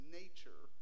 nature